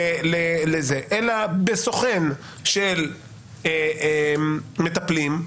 אלא בסוכן של מטפלים,